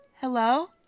hello